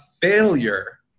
failure